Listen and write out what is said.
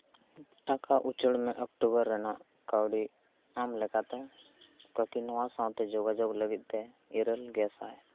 ᱴᱟᱠᱟ ᱩᱪᱟᱹᱲ ᱢᱮ ᱚᱠᱴᱳᱵᱚᱨ ᱨᱮᱱᱟᱜ ᱠᱟᱹᱣᱰᱤ ᱟᱢ ᱞᱮᱠᱟᱛᱮ ᱛᱟᱠᱤ ᱱᱚᱣᱟ ᱥᱟᱶᱛᱮ ᱡᱳᱜᱟᱡᱳᱜᱽ ᱞᱟᱹᱜᱤᱫ ᱛᱮ ᱤᱨᱟᱹᱞ ᱜᱮᱥᱟᱭ